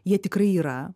jie tikrai yra